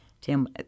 Tim